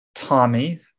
Tommy